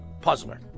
puzzler